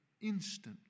instantly